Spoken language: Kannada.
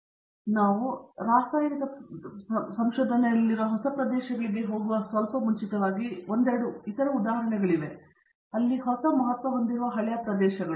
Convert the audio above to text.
ದೇಶಪಾಂಡೆ ನಾವು ಅಲ್ಲಿರುವ ಹೊಸ ಪ್ರದೇಶಗಳಿಗೆ ಹೋಗುವಾಗ ಸ್ವಲ್ಪ ಮುಂಚಿತವಾಗಿ ಒಂದೆರಡು ಇತರ ಉದಾಹರಣೆಗಳಿವೆ ಅಲ್ಲಿ ಹೊಸ ಮಹತ್ವ ಹೊಂದಿರುವ ಹಳೆಯ ಪ್ರದೇಶಗಳು